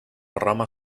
rama